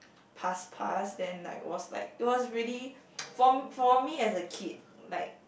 pass pass then like was like it was really for for me as a kid like